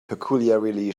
peculiarly